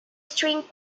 string